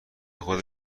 خود